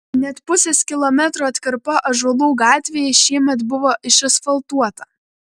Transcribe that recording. net pusės kilometro atkarpa ąžuolų gatvėje šiemet buvo išasfaltuota